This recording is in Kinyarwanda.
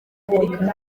amerika